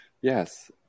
Yes